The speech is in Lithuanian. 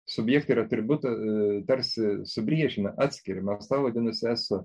subjektą ir atributą tarsi supriešina atskiria mąstau vadinasi esu